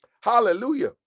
Hallelujah